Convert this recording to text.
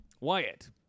Wyatt